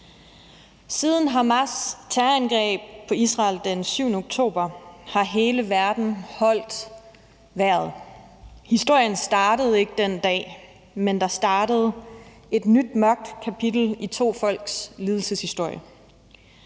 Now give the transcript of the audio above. Siden Hamas' terrorangreb på Israel den 7. oktober har hele verden holdt vejret. Historien startede ikke den dag, men der startede et nyt mørkt kapitel i to folks lidelseshistorie.